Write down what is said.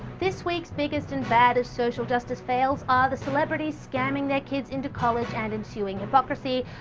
this weeks biggest and baddest social justice fails are the celebrities scamming their kids into college and ensuing hypocrisy,